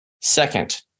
Second